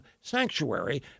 sanctuary